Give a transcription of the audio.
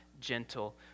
gentle